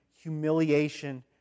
humiliation